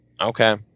Okay